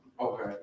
Okay